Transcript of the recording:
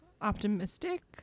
optimistic